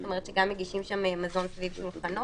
זאת אומרת גם מגישים שם מזון סביב שולחנות,